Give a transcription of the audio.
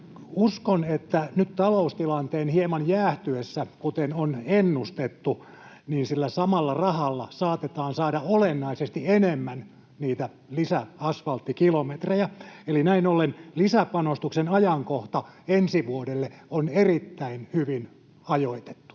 Uskon, että nyt taloustilanteen hieman jäähtyessä, kuten on ennustettu, saatetaan sillä samalla rahalla saada olennaisesti enemmän niitä lisäasfalttikilometrejä. Eli näin ollen lisäpanostuksen ajankohta ensi vuodelle on erittäin hyvin ajoitettu.